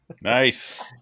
Nice